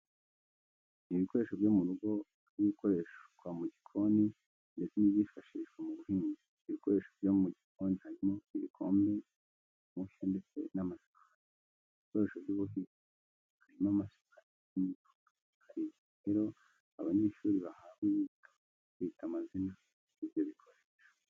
Ibikoresho byo mu rugo bibamo ibikoreshwa mu gikoni ndetse n'ibyifashishwa mu buhinzi. Ibikoresho byo mu gikoni harimo ibikombe, umushyo ndetse n'amasahani. Mu bikoresho by'ubuhinzi harimo amasuka ndetse n'imihoro. Hari igihe rero abanyeshuri bahabwa imyitozo yo kwita amazina ibyo bikoresho.